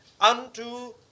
unto